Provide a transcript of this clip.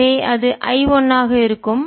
எனவே அது I1ஆக இருக்கும்